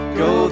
go